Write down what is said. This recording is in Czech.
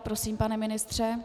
Prosím, pane ministře.